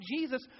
Jesus